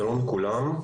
שלום לכולם,